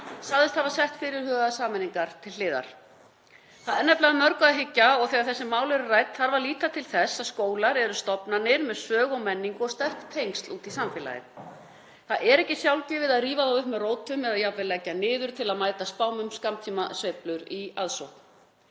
sagðist hafa sett fyrirhugaðar sameiningar til hliðar. Það er nefnilega að mörgu að hyggja og þegar þessi mál eru rædd þarf að líta til þess að skólar eru stofnanir með sögu og menningu og sterk tengsl út í samfélagið. Það er ekki sjálfgefið að rífa þá upp með rótum eða jafnvel leggja niður til að mæta spám um skammtímasveiflur í aðsókn.